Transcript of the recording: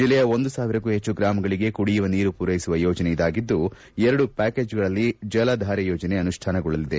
ಜಿಲ್ಲೆಯ ಒಂದು ಸಾವಿರಕ್ಕೂ ಹೆಚ್ಚು ಗ್ರಾಮಗಳಿಗೆ ಕುಡಿಯುವ ನೀರು ಪೂರೈಸುವ ಯೋಜನೆ ಇದಾಗಿದ್ದು ಎರಡು ಪ್ಯಾಕೇಜ್ಗಳಲ್ಲಿ ಜಲಧಾರೆ ಯೋಜನೆ ಅನುಷ್ಠಾನಗೊಳ್ಳಲಿದೆ